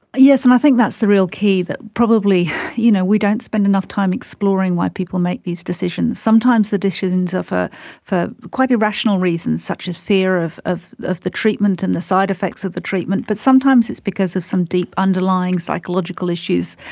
yes, and i think that's the real key, that probably you know we don't spend enough time exploring why people make these decisions. sometimes the decisions are ah for quite irrational reasons such as fear of of the treatment and the side effects of the treatment, but sometimes it's because of some deep underlying psychological issues.